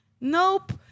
Nope